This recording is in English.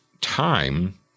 time